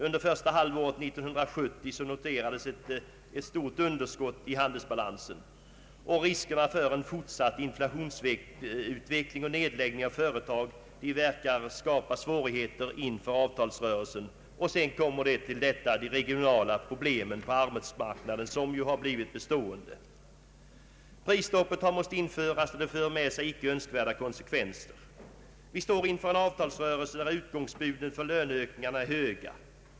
Under första halvåret 1970 noterades ett stort underskott i handelsbalansen, och riskerna för en fortsatt inflationsutveckling och nedläggning av företag verkar skapa svårigheter inför avtalsrörelsen. Till detta kommer de regionala problemen på arbetsmarknaden, som har blivit bestående. Prisstopp har måst införas, och det för med sig andra icke önskvärda konsekvenser. Vi står inför en avtalsrörelse där utgångsbuden för löneökningar är höga.